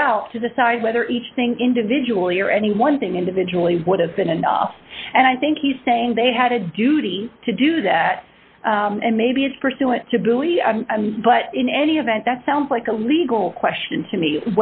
it out to decide whether each thing individually or any one thing individually would have been enough and i think he's saying they had a duty to do that and maybe it's pursuant to believe but in any event that sounds like a legal question to me